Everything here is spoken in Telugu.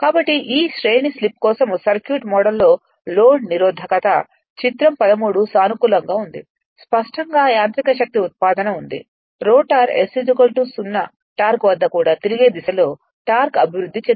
కాబట్టి ఈ శ్రేణి స్లిప్ కోసం సర్క్యూట్ మోడల్లో లోడ్ నిరోధకత చిత్రం 13 సానుకూలంగా ఉంది స్పష్టంగా యాంత్రిక శక్తి ఉత్పాదన ఉంది రోటర్ S 0 టార్క్ వద్ద కూడా తిరిగే దిశలో టార్క్ అభివృద్ధి చెందుతుంది